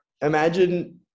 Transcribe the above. imagine